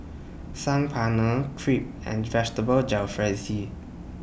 Saag Paneer Crepe and Vegetable Jalfrezi